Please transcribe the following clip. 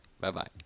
Bye-bye